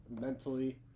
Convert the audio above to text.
mentally